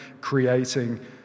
creating